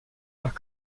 nach